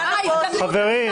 הזדמנות.